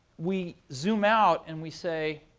we zoom out and we say,